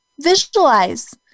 visualize